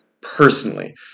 personally